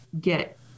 get